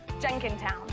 Jenkintown